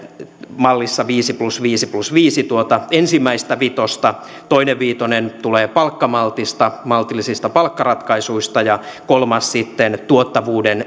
mallissa viisi plus viisi plus viisi tuota ensimmäisestä vitosta toinen viitonen tulee palkkamaltista maltillisista palkkaratkaisuista ja kolmas sitten tuottavuuden